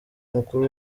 mukuru